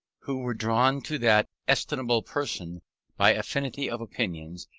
who were drawn to that estimable person by affinity of opinions,